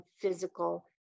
physical